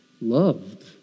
loved